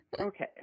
Okay